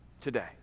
today